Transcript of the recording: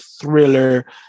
thriller